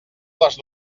les